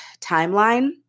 timeline